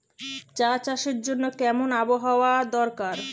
চা চাষের জন্য কেমন আবহাওয়া দরকার?